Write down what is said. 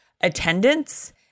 attendance